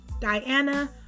Diana